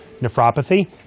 nephropathy